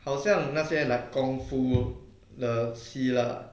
好像那些 like 功夫的戏 lah